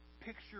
picture